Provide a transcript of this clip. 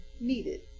needed